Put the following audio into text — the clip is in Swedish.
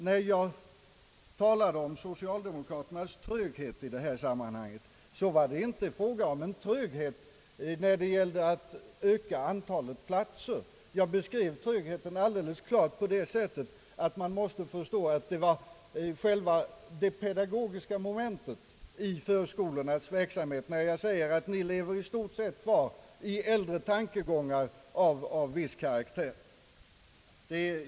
När jag talade om socialdemokraternas tröghet i detta sammanhang gällde det inte tröghet att öka antalet förskoleplatser. Jag beskrev alldeles klart trögheten på det sättet, att man måste förstå att det avsåg själva det pedagogiska momentet i förskolornas verksamhet där socialdemokraterna i stort sett lever kvar i äldre tankegångar av viss karaktär.